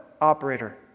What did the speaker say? Operator